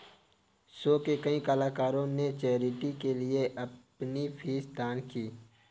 show के कई कलाकारों ने चैरिटी के लिए अपनी फीस दान की